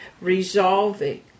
resolving